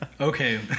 Okay